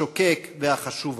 השוקק והחשוב הזה.